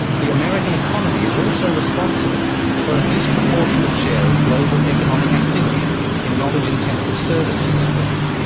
the american economy is also responsible for a disproportionate share of global economic activity in knowledge-intensive service industries.